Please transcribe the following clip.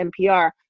NPR